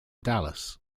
dallas